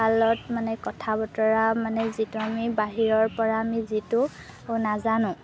কালত মানে কথা বতৰা মানে যিটো আমি বাহিৰৰ পৰা আমি যিটো নাজানো